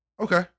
okay